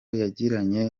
yagiranye